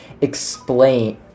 explain